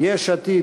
יש עתיד,